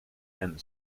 and